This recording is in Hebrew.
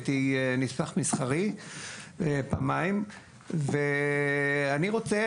אני הייתי נספח מסחרי פעמיים ואני רוצה